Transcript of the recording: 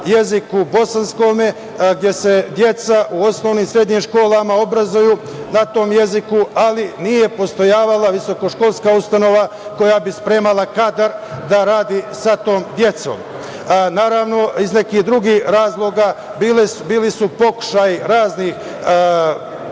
jeziku gde se deca u osnovnim i srednjim školama obrazuju na tom jeziku, ali nije postojala visokoškolska ustanova koja bi spremala kadar da radi sa tom decom. Naravno, iz nekih drugih razloga bili su pokušaji raznih